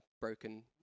broken